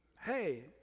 Hey